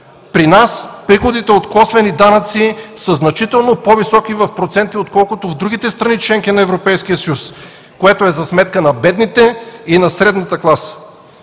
При нас приходите от косвени данъци са значително по-високи в проценти, отколкото в другите страни – членки на Европейския съюз, което е за сметка на бедните и на средната класа.